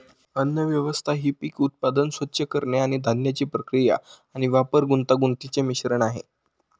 अन्नव्यवस्था ही पीक उत्पादन, स्वच्छ करणे आणि धान्याची प्रक्रिया आणि वापर यांचे गुंतागुंतीचे मिश्रण आहे